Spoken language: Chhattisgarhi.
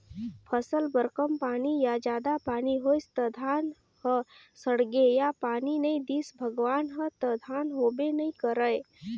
फसल बर कम पानी या जादा पानी होइस त धान ह सड़गे या पानी नइ दिस भगवान ह त धान होबे नइ करय